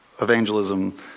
evangelism